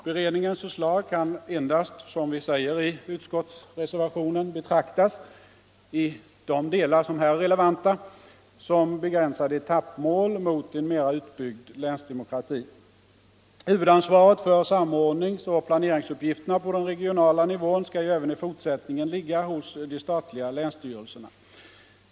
Beredningens förslag kan endast, som vi säger i reservationen, betraktas — i de delar som här är relevanta — som begränsade etappmål på vägen mot en mera utbyggd länsdemokrati. Huvudansvaret för samordningsoch planeringsuppgifterna på den regionala nivån skall ju även i fortsättningen ligga hos de statliga länsstyrelserna.